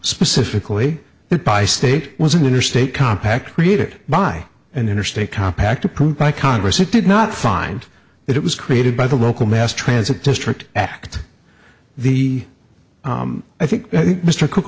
specifically it by state was an interstate compact created by an interstate compact approved by congress it did not find it was created by the local mass transit district act the i think mr cook